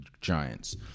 Giants